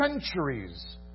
centuries